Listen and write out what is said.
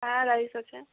হ্যাঁ রাইস আছে